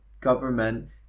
government